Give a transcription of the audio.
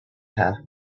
her